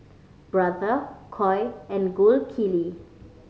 Brother Koi and Gold Kili